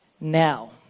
now